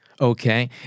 Okay